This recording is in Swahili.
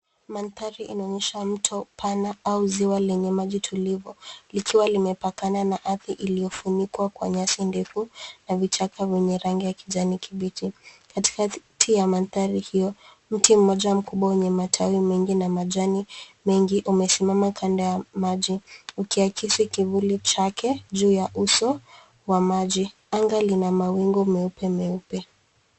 Manthari inaonyesha mto pana au ziwa lenye maji tulivu, likiwa limepakana na ardhi iliyofunikwa kwa nyasi ndefu na vichaka venye rangi ya kijani kibichi. Katikati ya manthari hiyo, mti mmoja mkubwa wenye matawi mengine na majani mengi umesimama kando ya maji ukiakisi kivuli chake juu ya uso wa maji. Anga lina mawingu meupe meupe.